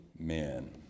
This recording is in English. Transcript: Amen